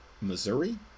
Missouri